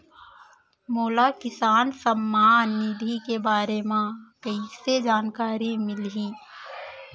मोला किसान सम्मान निधि के बारे म कइसे जानकारी मिलही?